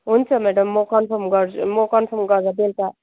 हुन्छ म्याडम म कन्फर्म गरेर बेलुका